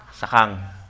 Sakang